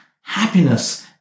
Happiness